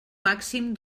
màxim